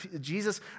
Jesus